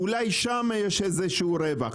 אולי ם יש איזשהו רווח.